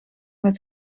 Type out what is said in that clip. met